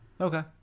okay